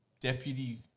deputy